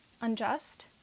unjust